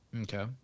Okay